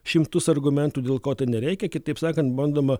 šimtus argumentų dėl ko tai nereikia kitaip sakant bandoma